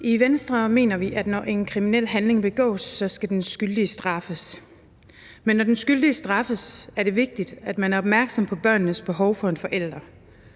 I Venstre mener vi, at når en kriminel handling begås, skal den skyldige straffes. Men når den skyldige straffes, er det vigtigt, at man er opmærksom på børnenes behov for en forælder,